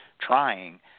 trying